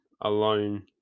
alone